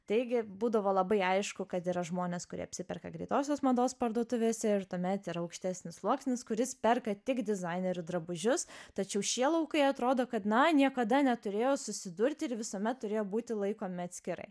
taigi būdavo labai aišku kad yra žmonės kurie apsiperka greitosios mados parduotuvėse ir tuomet yra aukštesnis sluoksnis kuris perka tik dizainerių drabužius tačiau šie laukai atrodo kad na niekada neturėjo susidurti ir visuomet turėjo būti laikomi atskirai